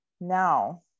now